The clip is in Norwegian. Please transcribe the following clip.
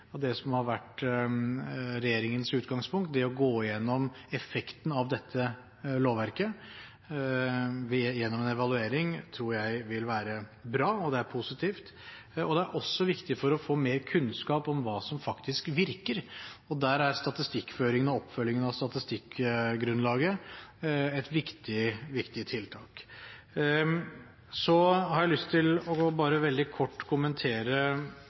det som har vært regjeringens utgangspunkt. Det å gå igjennom effekten av dette lovverket gjennom en evaluering tror jeg vil være bra. Det er positivt, og det er også viktig for å få mer kunnskap om hva som faktisk virker. Der er statistikkføringen og oppfølgingen av statistikkgrunnlaget et viktig tiltak. Så har jeg lyst til bare veldig kort å kommentere